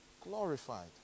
glorified